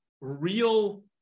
real